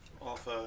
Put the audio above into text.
Off